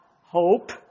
Hope